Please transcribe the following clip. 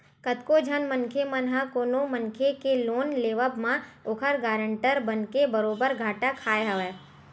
कतको झन मनखे मन ह कोनो मनखे के लोन लेवब म ओखर गारंटर बनके बरोबर घाटा खाय हवय